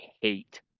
hate